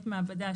בוקר טוב.